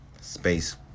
space